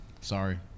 Sorry